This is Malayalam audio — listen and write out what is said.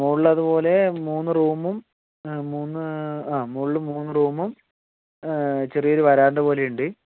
മുകളില് അതുപോലെ മൂന്ന് റൂമും മൂന്ന് ആ മുകളില് മൂന്ന് റൂമും ചെറിയ ഒരു വരാന്ത പോലെ ഉണ്ട്